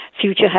future